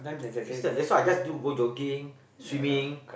wasted that's why I just do go jogging swimming